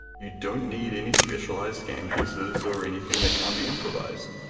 you don't need any specialized game pieces or anything that can't be improvised,